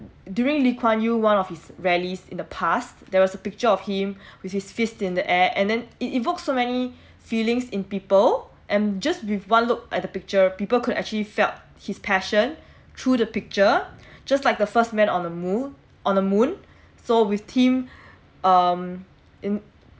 during lee-kuan-yew one of his rallies in the past there was a picture of him with his fist in the air and then it evokes so many feelings in people and just with one look at the picture people could actually felt his passion through the picture just like the first man on the moon on the moon so with team um in